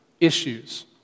issues